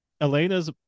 Elena's